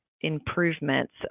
improvements